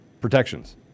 protections